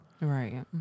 right